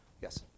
Yes